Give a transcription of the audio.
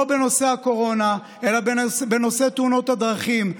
בנושא הקורונה אלא בנושא תאונות הדרכים.